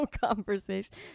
conversation